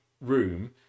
room